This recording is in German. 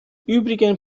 übrigen